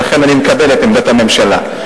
ולכן אני מקבל את עמדת הממשלה.